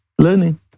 Learning